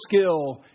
skill